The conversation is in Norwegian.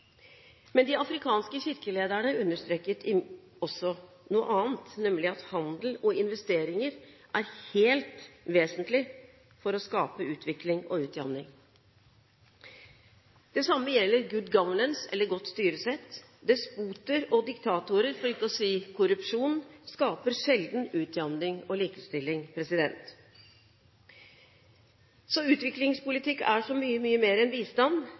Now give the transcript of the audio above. De afrikanske kirkelederne understreket også noe annet, nemlig at handel og investeringer er helt vesentlig for å skape utvikling og utjamning. Det samme gjelder «good governance», eller «godt styresett». Despoter og diktatorer, for ikke å si korrupsjon, skaper sjelden utjamning og likestilling. Utviklingspolitikk er så mye, mye mer enn bistand,